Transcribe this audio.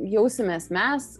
jausimės mes